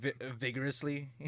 vigorously